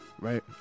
right